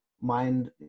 mind